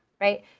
right